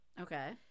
Okay